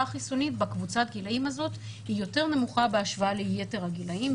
החיסונית בקבוצת הגילים הזאת היא יותר נמוכה בהשוואה ליתר הגילים,